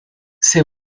c’est